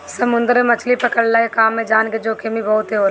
समुंदर में मछरी पकड़ला के काम में जान के जोखिम ही बहुते होला